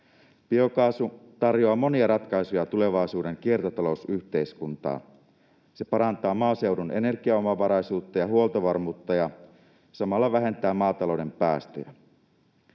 Biokaasu tarjoaa monia ratkaisuja tulevaisuuden kiertotalousyhteiskuntaan. Se parantaa maaseudun energiaomavaraisuutta ja huoltovarmuutta ja samalla vähentää maatalouden päästöjä.